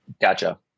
Gotcha